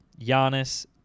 Giannis